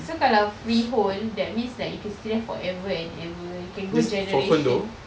so kalau freehold that means like you can stay there forever and ever you can go generation